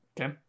Okay